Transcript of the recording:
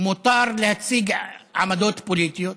מותר להציג עמדות פוליטיות,